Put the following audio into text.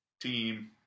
team